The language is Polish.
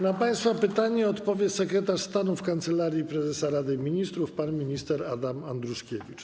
Na państwa pytania odpowie sekretarz stanu w Kancelarii Prezesa Rady Ministrów pan minister Adam Andruszkiewicz.